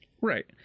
right